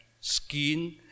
skin